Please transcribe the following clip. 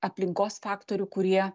aplinkos faktorių kurie